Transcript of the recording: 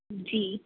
जी